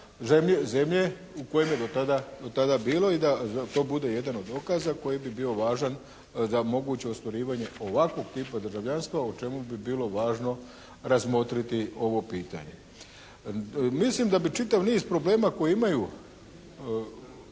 u kojoj je do tada bila i da to bude jedan od dokaza koji bi bio važan za moguće ostvarivanje ovakvog tipa državljanstva o čemu bi bilo važno razmotriti ovo pitanje. Mislim da bi čitav niz problema koje imaju